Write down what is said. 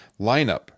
lineup